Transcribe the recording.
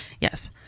Yes